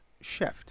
shift